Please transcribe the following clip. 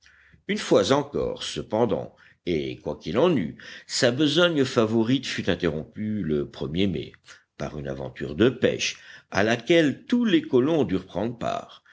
une fois encore cependant et quoi qu'il en eût sa besogne favorite fut interrompue le er mai par une aventure de pêche à laquelle tous les colons durent prendre part